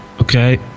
okay